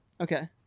Okay